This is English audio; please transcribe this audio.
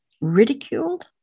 Ridiculed